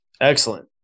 Excellent